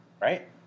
right